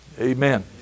Amen